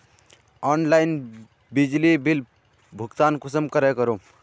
Online बिजली bill भुगतान कुंसम करे करूम?